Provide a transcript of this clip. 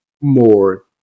more